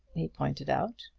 he pointed out.